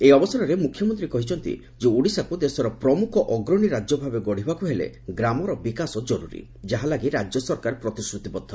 ଏହି ଅବସରରେ ମୁଖ୍ୟମନ୍ତୀ କହିଛନ୍ତି ଓଡ଼ିଶାକୁ ଦେଶର ପ୍ରମୁଖ ଅଗ୍ରଣୀ ରାଜ୍ୟ ଭାବେ ଗତିବାକୁ ହେଲେ ଗ୍ରାମର ବିକାଶ ଜର୍ରୀ ଯାହା ଲାଗି ରାଜ୍ୟ ସରକାର ପ୍ରତିଶ୍ରତିବଦ୍ଧ